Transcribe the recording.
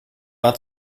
war